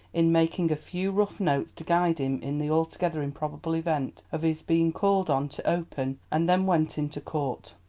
in making a few rough notes to guide him in the altogether improbable event of his being called on to open, and then went into court.